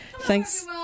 Thanks